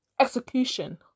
execution